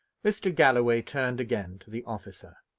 mr. galloway turned again to the officer.